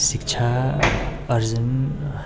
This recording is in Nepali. शिक्षा आर्जन